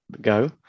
go